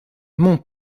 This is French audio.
mon